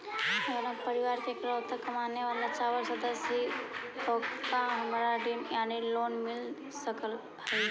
अगर हम परिवार के इकलौता कमाने चावल सदस्य ही तो का हमरा ऋण यानी लोन मिल सक हई?